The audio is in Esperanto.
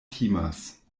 timas